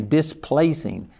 displacing